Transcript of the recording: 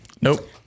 Nope